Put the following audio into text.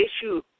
issue